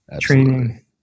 training